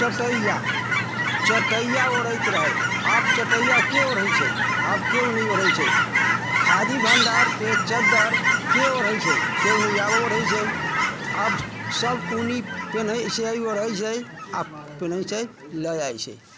चटइआ चटइआ ओढ़ैत रहैत रहे आब चटइआके ओढ़ै छै आब केओ नहि ओढ़ै छै खादी भण्डारके चद्दरिके ओढ़ै छै केओ नहि आब ओढ़ै छै आब सब उनी पिनहै छै ओढ़ै छै आओर पिनहै छै लऽ जाइ छै